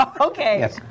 okay